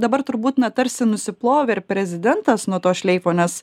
dabar turbūt na tarsi nusiplovė ir prezidentas nuo to šleifo nes